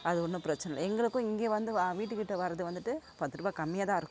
அது ஒன்றும் பிரச்சனை இல்லை எங்களுக்கும் இங்கே வந்து வா வீட்டுக்கிட்ட வர்றது வந்துட்டு பத்துரூபா கம்மியாக தான் இருக்கும்